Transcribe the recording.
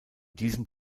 diesem